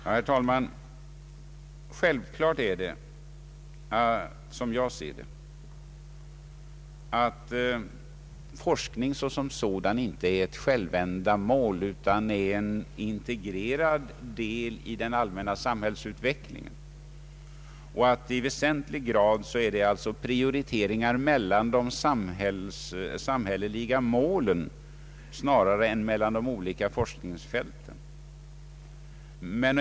Det är, herr talman, som jag ser det självklart att forskning såsom sådan inte är ett självändamål utan en integrerad del i den allmänna samhällsutvecklingen. I väsentlig grad gäller det alltså här prioritering mellan de samhälleliga målen snarare än mellan de olika forskningsfälten.